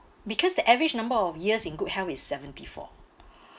because the average number of years in good health is seventy-four